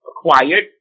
acquired